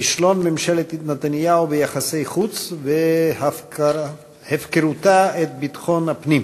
כישלון ממשלת נתניהו ביחסי חוץ והפקרתה את ביטחון הפנים.